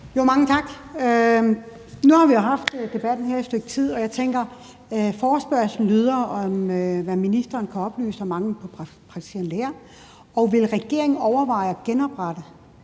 Mange tak. Nu har vi jo haft debatten her et stykke tid, og forespørgslen lyder, hvad ministeren kan oplyse om manglen på praktiserende læger, og om regeringen vil overveje at genoprette